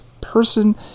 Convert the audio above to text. person